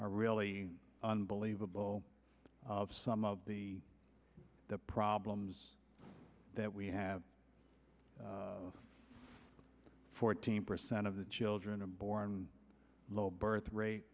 are really unbelievable some of the problems that we have fourteen percent of the children are born low birth rate